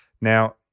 Now